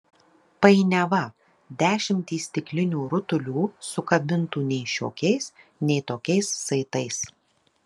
painiava dešimtys stiklinių rutulių sukabintų nei šiokiais nei tokiais saitais